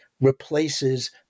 replaces